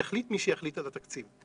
יחליט מי שיחליט על התקציב,